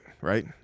right